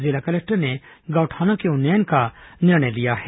जिला कलेक्टर ने गौठानों के उन्नयन का निर्णय लिया है